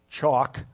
chalk